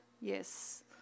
yes